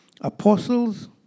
apostles